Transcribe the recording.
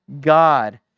God